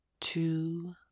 two